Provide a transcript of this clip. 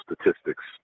statistics